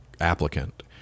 applicant